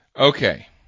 Okay